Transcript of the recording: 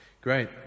Great